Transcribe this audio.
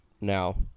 now